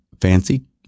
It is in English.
fancy